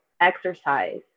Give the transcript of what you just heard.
exercise